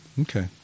Okay